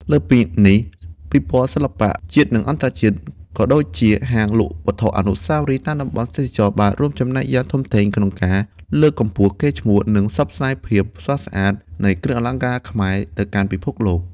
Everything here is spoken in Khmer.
លើសពីនេះ ពិព័រណ៍សិល្បៈ ជាតិ និងអន្តរជាតិ ក៏ដូចជា ហាងលក់វត្ថុអនុស្សាវរីយ៍ តាមតំបន់ទេសចរណ៍ បានរួមចំណែកយ៉ាងធំធេងក្នុងការ លើកកម្ពស់កេរ្តិ៍ឈ្មោះ និងផ្សព្វផ្សាយភាពស្រស់ស្អាតនៃគ្រឿងអលង្ការខ្មែរទៅកាន់ពិភពលោក។